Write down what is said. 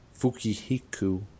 Fukihiku